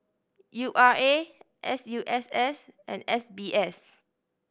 U R A S U S S and S B S